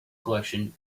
collection